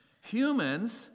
Humans